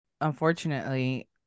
unfortunately